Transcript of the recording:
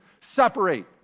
separate